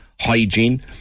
hygiene